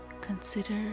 consider